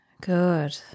good